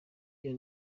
iyo